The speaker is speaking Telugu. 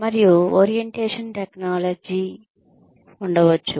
మరియు ఓరియంటేషన్ టెక్నాలజీ ఉండవచ్చు